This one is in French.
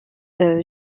gère